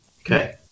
Okay